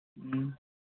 ᱦᱩᱸ